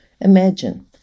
Imagine